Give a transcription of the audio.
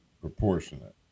proportionate